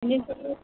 बेनिखायनो